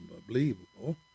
unbelievable